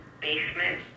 basement